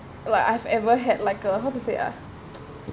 like I've ever had like a how to say ah